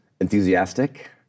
Enthusiastic